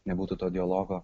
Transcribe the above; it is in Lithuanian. nebūtų to dialogo